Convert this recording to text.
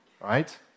right